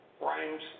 rhymes